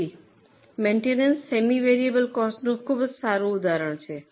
તેથી maintenance semi variable કોસ્ટનું ખૂબ સારું ઉદાહરણ છે